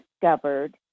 discovered